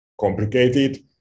complicated